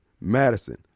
Madison